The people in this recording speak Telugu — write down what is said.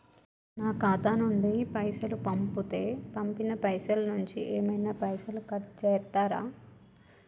నా ఖాతా నుండి పైసలు పంపుతే పంపిన పైసల నుంచి ఏమైనా పైసలు కట్ చేత్తరా?